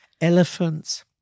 Elephants